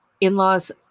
in-laws